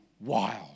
wild